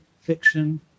fiction